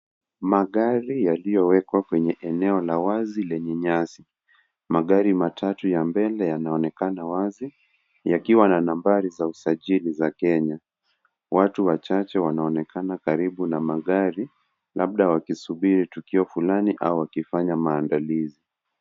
Magari yaliyowekwa kwenye eneo la wazi lenye nyasi, magari matatu ya mbele yanaonekana wazi, yakiwa na nambari za usajili za Kenya, watu wachache wanaonekana karibu na magari, labda wakisubiri tukio fulani au wakifanya maandalizi.